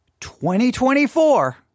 2024